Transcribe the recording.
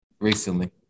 recently